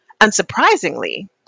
Unsurprisingly